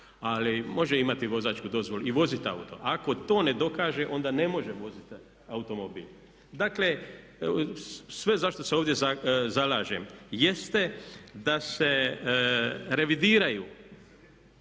može imati vozačku dozvolu i voziti auto. Ako to ne dokaže onda ne može voziti automobil. Dakle, sve zašto se ovdje zalažem jeste da se revidiraju